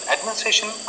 Administration